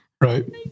right